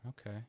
Okay